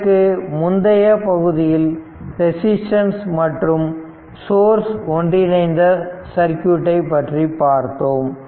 இதற்கு முந்தைய பகுதியில் ரெசிஸ்டன்ஸ் மற்றும் சோர்ஸ் ஒன்றிணைந்த சர்க்யூட்டை பற்றி பார்த்தோம்